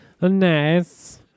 nice